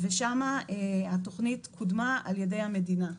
ושם התוכנית קודמה על ידי המדינה.